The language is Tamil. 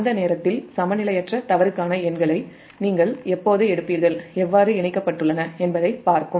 அந்த நேரத்தில் சமநிலையற்ற தவறுக்கான எண்களை நீங்கள் எப்போது எடுப்பீர்கள் எவ்வாறு இணைக்கப்பட்டுள்ளன என்பதைப் பார்க்கும்